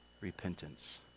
repentance